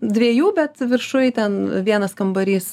dviejų bet viršuj ten vienas kambarys